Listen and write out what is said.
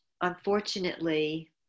unfortunately